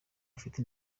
afite